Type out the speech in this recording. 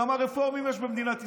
כמה רפורמים יש במדינת ישראל?